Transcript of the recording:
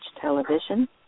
television